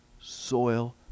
soil